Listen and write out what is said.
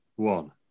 One